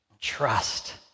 trust